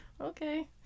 okay